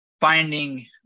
finding